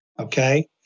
Okay